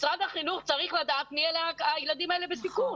משרד החינוך צריך לדעת מי אלה הילדים בסיכון.